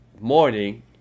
morning